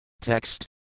Text